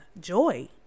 joy